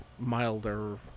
milder